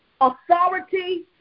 authority